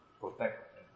protect